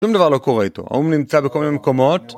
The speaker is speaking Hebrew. כלום דבר לא קורה איתו, האו"ם נמצא בכל מיני מקומות